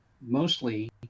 mostly